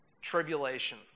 tribulation